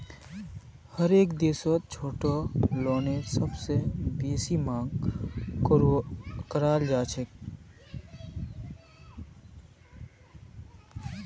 हरेक देशत छोटो लोनेर सबसे बेसी मांग कराल जाछेक